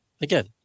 again